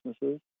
businesses